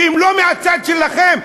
שהם לא מהצד שלכם,